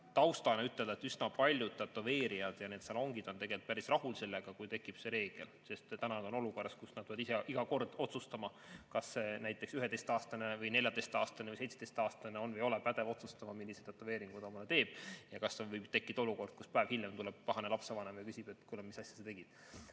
taustana ütelda, et üsna paljud tätoveerijad ja need salongid on päris rahul sellega, kui see reegel tekib, sest nad on olukorras, kus nad peavad ise iga kord otsustama, kas näiteks 11‑aastane, 14‑aastane või 17‑aastane on või ei ole pädev otsustama, millise tätoveeringu ta omale teeb, ja kas võib tekkida olukord, kus päev hiljem tuleb pahane lapsevanem ja küsib, et kuule, mis asja sa tegid.